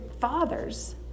fathers